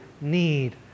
need